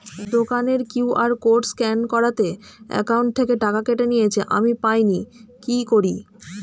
দোকানের QR code scan করাতে account থেকে টাকা কেটে নিয়েছে, আমি পাইনি কি করি?